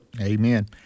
Amen